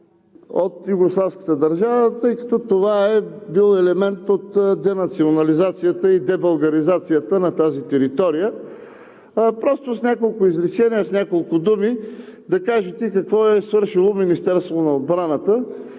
от югославската държава, тъй като това е бил елемент от денационализацията и дебългаризацията на тази територия. Просто с няколко изречения, с няколко думи да кажете: какво е свършило Министерството на отбраната